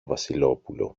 βασιλόπουλο